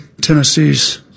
Tennessee's